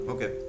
Okay